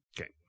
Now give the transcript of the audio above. Okay